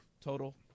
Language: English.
total